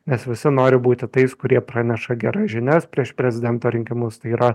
nes visi nori būti tais kurie praneša geras žinias prieš prezidento rinkimus tai yra